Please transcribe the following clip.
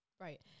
Right